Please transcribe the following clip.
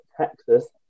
Texas